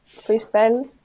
freestyle